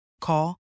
Call